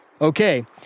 Okay